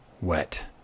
wet